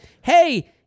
hey